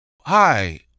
Hi